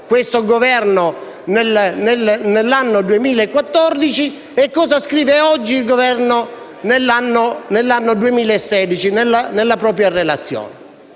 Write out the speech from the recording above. questo Governo nell'anno 2014, rispetto a cosa scrive oggi il Governo, nell'anno 2016, nella propria relazione.